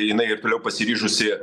jinai ir toliau pasiryžusi